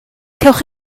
cewch